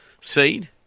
seed